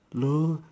no